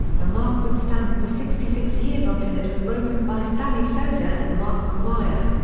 the mark would stand for sixty six years until it was broken by sammy sosa and mark mcgwire.